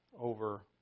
over